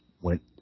went